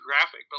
graphic